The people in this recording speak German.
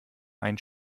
ein